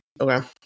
Okay